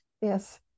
Yes